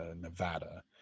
Nevada